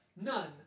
None